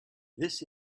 this